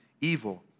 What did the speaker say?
evil